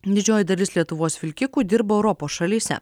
didžioji dalis lietuvos vilkikų dirba europos šalyse